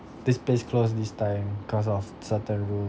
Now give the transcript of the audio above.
this place close this time cause of certain rules